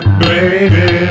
baby